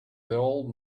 old